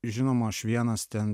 žinoma aš vienas ten